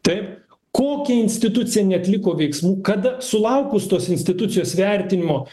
taip kokia institucija neatliko veiksmų kada sulaukus tos institucijos vertinimo